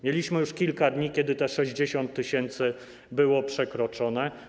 Mieliśmy już kilka dni, kiedy te 60 tys. było przekroczone.